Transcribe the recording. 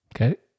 Okay